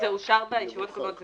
זה אושר בישיבות האחרונות.